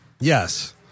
Yes